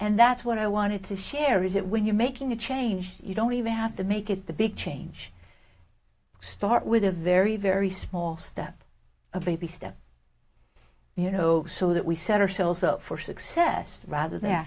and that's what i wanted to share is that when you're making a change you don't even have to make it the big change start with a very very small step a baby steps you know so that we set ourselves up for success rather th